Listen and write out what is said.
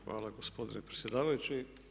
Hvala gospodine predsjedavajući.